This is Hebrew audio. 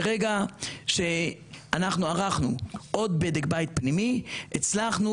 ברגע שערכנו עוד בדק בית פנימי הצלחנו